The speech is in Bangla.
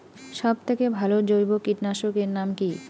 সব থেকে ভালো জৈব কীটনাশক এর নাম কি?